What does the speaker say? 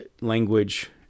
language